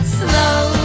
slow